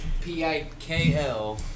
P-I-K-L